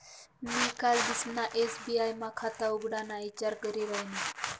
मी कालदिसना एस.बी.आय मा खाता उघडाना ईचार करी रायनू